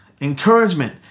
encouragement